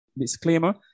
disclaimer